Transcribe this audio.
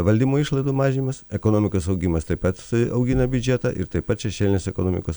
valdymo išlaidų mažinimas ekonomikos augimas taip pat augina biudžetą ir taip pat šešėlinės ekonomikos